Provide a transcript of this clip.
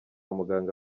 muganga